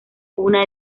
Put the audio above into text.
cuna